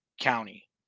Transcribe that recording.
county